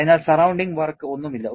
അതിനാൽ surrounding work ഒന്നുമില്ല